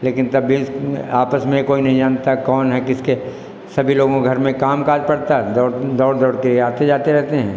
लेकिन तब भी आपस में कोई नहीं जानता कौन है किसके सभी लोगों घर में काम काज पड़ता दौड़ दौड़ के आते जाते रहते हैं